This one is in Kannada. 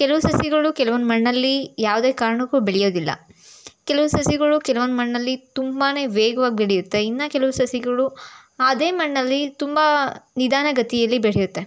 ಕೆಲವು ಸಸಿಗಳು ಕೆಲವೊಂದು ಮಣ್ಣಲ್ಲಿ ಯಾವುದೇ ಕಾರಣಕ್ಕೂ ಬೆಳೆಯೋದಿಲ್ಲ ಕೆಲವು ಸಸಿಗಳು ಕೆಲವೊಂದು ಮಣ್ಣಲ್ಲಿ ತುಂಬಾ ವೇಗ್ವಾಗಿ ಬೆಳೆಯುತ್ತೆ ಇನ್ನು ಕೆಲವು ಸಸಿಗಳು ಅದೇ ಮಣ್ಣಲ್ಲಿ ತುಂಬ ನಿಧಾನಗತಿಯಲ್ಲಿ ಬೆಳೆಯುತ್ತೆ